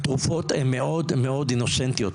התרופות הן מאוד אינוסנטיות,